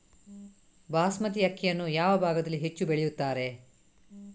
ಬಾಸ್ಮತಿ ಅಕ್ಕಿಯನ್ನು ಯಾವ ಭಾಗದಲ್ಲಿ ಹೆಚ್ಚು ಬೆಳೆಯುತ್ತಾರೆ?